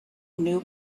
new